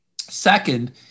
Second